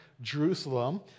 Jerusalem